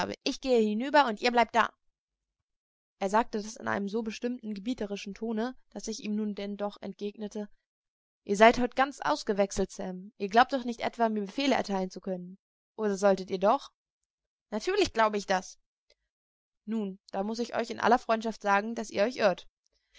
ich gehe hinüber und ihr bleibt da er sagte das in einem so bestimmten gebieterischen tone daß ich ihm nun denn doch entgegnete ihr seid heute ganz ausgewechselt sam ihr glaubt doch nicht etwa mir befehle erteilen zu können oder solltet ihr doch natürlich glaube ich das nun da muß ich euch in aller freundschaft sagen daß ihr euch irrt